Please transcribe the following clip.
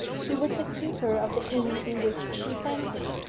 he was the keeper of the inn in which she fainted,